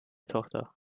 tochter